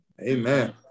Amen